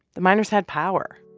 the miners had power.